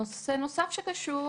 נושא נוסף קשור: